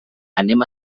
anem